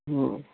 वह